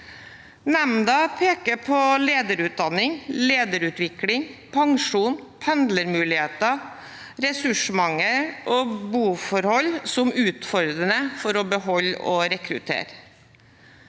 Nemnda peker på lederutdanning, lederutvikling, pensjon, pendlermuligheter, ressursmangel og boforhold som utfordrende for å beholde og rekruttere.